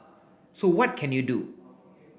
so what can you do